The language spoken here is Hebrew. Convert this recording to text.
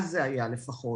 אז זה היה לפחות,